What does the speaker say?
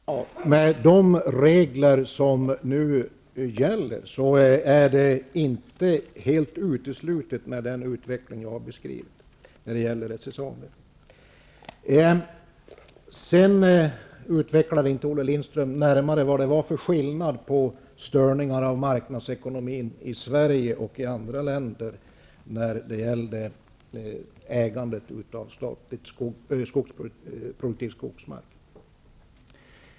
Fru talman! Med de regler som nu gäller är den utveckling som jag har beskrivit för SSAB inte helt utesluten. Olle Lindström utvecklade inte närmare vad det var för skillnad mellan störningar av marknadsekonomin i Sverige och i andra länder när det gällde statligt ägande av produktiv skogsmark.